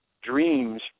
dreams